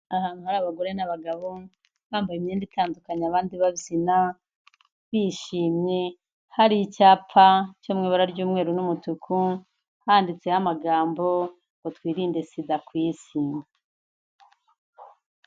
Ahantu hari abagore n'abagabo, bambaye imyenda itandukanye abandi babyina, bishimye hari icyapa, cyo mu ibara ry'umweru n'umutuku, handitseho amagambo ngo twirinde SIDA ku Isi.